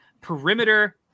perimeter